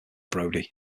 brody